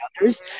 others